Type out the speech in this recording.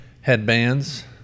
headbands